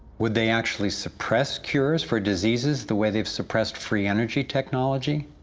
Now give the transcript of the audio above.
would they actually suppress cures for diseases the way they suppressed free energy technology?